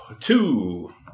Two